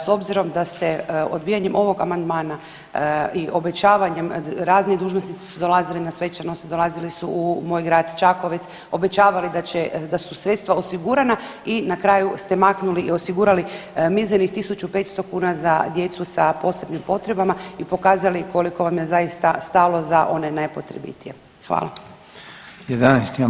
S obzirom da ste odbijanjem ovog amandmana i obećavanjem, razni dužnosnici su dolazili na svečanost, dolazili su u moj grad Čakovec, obećavali da su sredstva osigurana, i na kraju ste maknuli i osigurali mizernih 1500 kn za djecu sa posebnim potrebama i pokazali koliko vam je zaista stalo za one najpotrebitije.